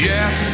Yes